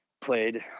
played